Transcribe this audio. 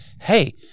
hey